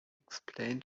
explain